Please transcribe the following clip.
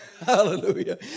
Hallelujah